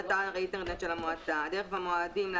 את התקנות כאילו כבר יש רפורמה, זה הרס החקלאים.